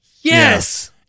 Yes